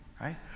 right